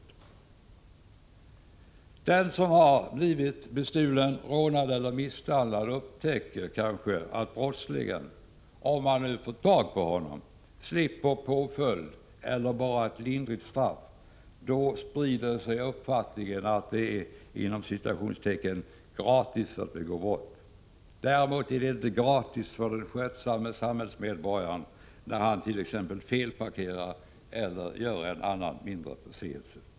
När den som blivit bestulen, rånad eller misshandlad upptäcker att brottslingen — om man nu får tag på honom — kanske slipper påföljd eller bara får ett lindrigt straff, sprider sig uppfattningen om att det är ”gratis” att begå brott. Däremot är det inte ”gratis” för den skötsamme samhällsmedborgaren när han t.ex. felparkerar eller gör sig skyldig till en annan mindre förseelse.